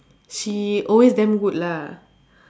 she always damn good lah